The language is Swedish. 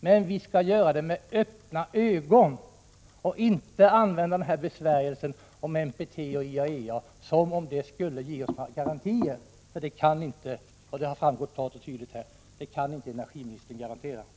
Men vi skall göra det med öppna ögon och inte använda besvärjelsen om NPT och IAEA, som om det skulle ge några garantier. Det har framgått klart och tydligt här att energiministern inte kan garantera något.